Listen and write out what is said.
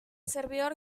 servidor